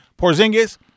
Porzingis